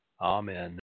Amen